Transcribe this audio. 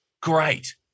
Great